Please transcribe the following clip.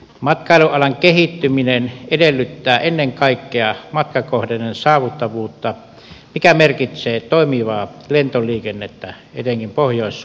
matkailualan kehittyminen edellyttää ennen kaikkea matkakohteiden saavuttavuutta mikä merkitsee toimivaa lentoliikennettä etenkin pohjois suomen osalta